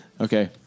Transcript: okay